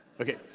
Okay